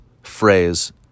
phrase